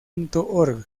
editor